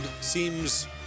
seems